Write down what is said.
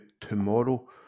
tomorrow